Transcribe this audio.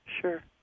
sure